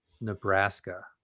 Nebraska